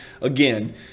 Again